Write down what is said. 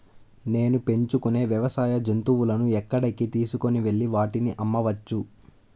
నేను పెంచుకొనే వ్యవసాయ జంతువులను ఎక్కడికి తీసుకొనివెళ్ళి వాటిని అమ్మవచ్చు?